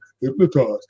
hypnotized